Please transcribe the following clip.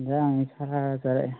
ꯑꯦꯟꯁꯥꯡꯁꯤ ꯁꯥ ꯆꯥꯔꯛꯏ